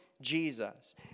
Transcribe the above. Jesus